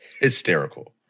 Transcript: hysterical